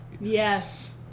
Yes